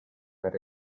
per